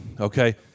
okay